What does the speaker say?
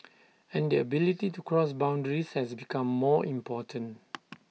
and the ability to cross boundaries has become more important